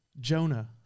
jonah